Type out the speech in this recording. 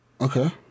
Okay